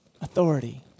Authority